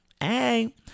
Hey